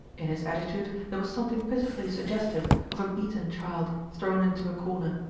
in his attitude there was something pitifully suggestive of a beaten child, thrown into a corner.